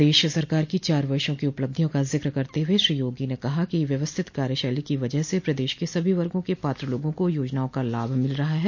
प्रदेश सरकार की चार वर्ष की उपलब्धियों का जिक करते हुए श्री योगी ने कहा कि व्यवस्थित कार्यशैली की वजह से प्रदेश के सभी वर्गो के पात्र लोगों को योजनाओं का लाभ मिल रहा है